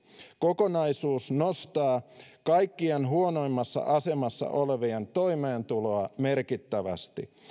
kokonaisuus nostaa kaikkein huonoimmassa asemassa olevien toimeentuloa merkittävästi